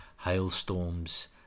hailstorms